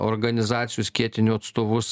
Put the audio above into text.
organizacijų skėtinių atstovus